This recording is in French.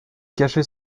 cacher